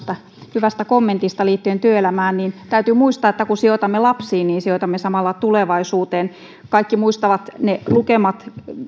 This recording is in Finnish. hyvästä kommentista liittyen työelämään että täytyy muistaa että kun sijoitamme lapsiin niin sijoitamme samalla tulevaisuuteen kaikki muistavat ne lukemat